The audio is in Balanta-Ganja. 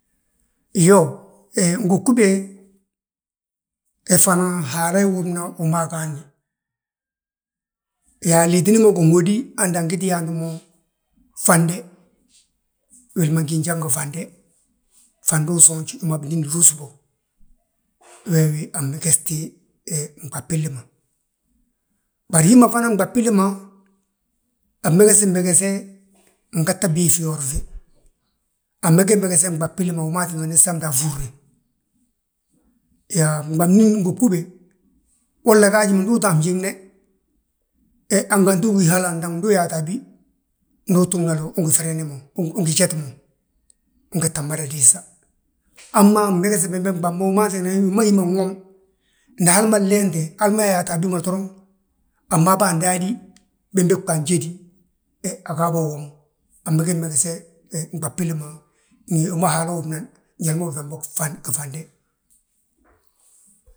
Iyoo, ngugube he fana Haala wunma, wi ma agaadni, yaa liitini ma ginhódi ande angiti yaanti mo fande. Wili ma gí njan gifande, fandu usoonj wi ma binín bo, wee wi anmegesti nɓab billi ma. Bari hima fana nɓab billi ma, anmegesi mmegese ngette bii fjyoor fi. Anmegesi mmegese nɓab billi ma wi ma tíngani samdi a a fúrre, yaa nɓabni ngugube wolla gaaj ndi uto anjiŋne, hanganti ugí hala andaŋ ndu uyaatabi. Ndu utuugnale ungi ferene mo, ungí jeti mo, ungeeta mada diisa. Hamma wi anmegesi bembe nɓab ma wi ma tíngani wi ma hi ma nwom, nda hal ma nleenti, hal ma yaata a bi ma doroŋ a mmabi andaadiyi, bembegebà anjédi he, agabà wom. Amegesi megese nɓab billi ma, njali ma Haala wunman, njali ma ubiiŧam bo gifande.